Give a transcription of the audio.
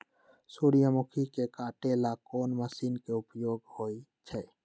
सूर्यमुखी के काटे ला कोंन मशीन के उपयोग होई छइ?